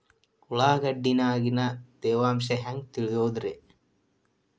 ಉಳ್ಳಾಗಡ್ಯಾಗಿನ ತೇವಾಂಶ ಹ್ಯಾಂಗ್ ತಿಳಿಯೋದ್ರೇ?